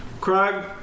Craig